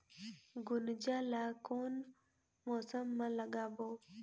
गुनजा ला कोन मौसम मा लगाबो?